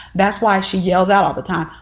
that's why she yells out all the time.